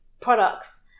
products